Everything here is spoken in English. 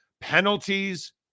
penalties